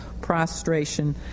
prostration